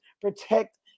protect